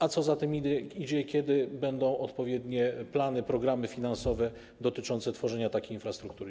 A co za tym idzie, kiedy będą odpowiednie plany, programy finansowe dotyczące tworzenia takiej infrastruktury?